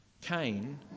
Cain